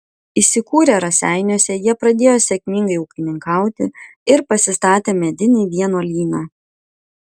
įsikūrę raseiniuose jie pradėjo sėkmingai ūkininkauti ir pasistatė medinį vienuolyną